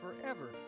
forever